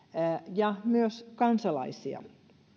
ja myös kansalaisia